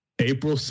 April